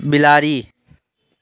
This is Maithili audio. बिलाड़ि